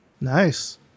Nice